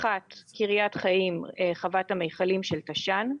אחת היא חוות המכלים של תש”ן.